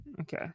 okay